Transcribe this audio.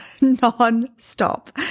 non-stop